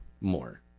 more